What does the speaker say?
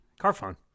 Carphone